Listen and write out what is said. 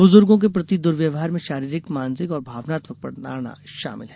बुजुर्गो के प्रति दुर्व्यवहार में शारीरिक मानसिक और भावनात्मक प्रताड़ना शामिल है